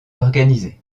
organisée